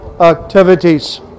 activities